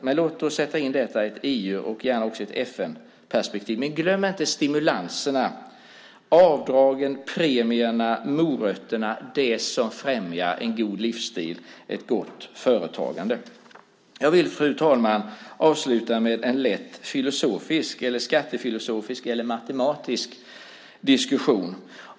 Men låt oss sätta detta i ett EU och gärna också i ett FN-perspektiv! Och glöm inte stimulanserna, avdragen, premierna och morötterna - det som främjar en god livsstil och ett gott företagande! Jag vill, fru talman, avsluta med en lätt filosofisk, skattefilosofisk eller matematisk diskussion.